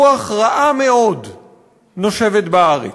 רוח רעה מאוד נושבת בארץ.